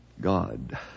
God